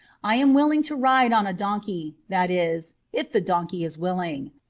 i am willing to ride on a donkey that is, if the donkey is willing.